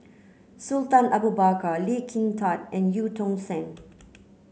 Sultan Abu Bakar Lee Kin Tat and Eu Tong Sen